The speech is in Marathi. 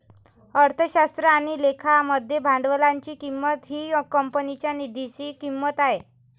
अर्थशास्त्र आणि लेखा मध्ये भांडवलाची किंमत ही कंपनीच्या निधीची किंमत आहे